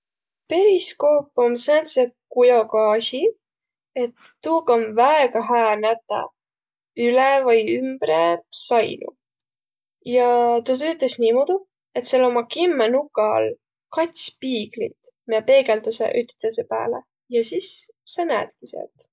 Periskoop om säändse kujoga asi, et tuuga om väega hää nätäq üle vai ümbre sainu. Ja tuu tüütäs niimoodu, et sääl ommaq kimmä nuka all kats piiglit, miä peegeldäseq ütstõsõ pääle ja sis sa näetki säält.